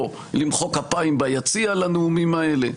או למחוא כפיים ביציע לנאומים האלה,